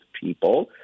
people